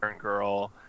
girl